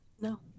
No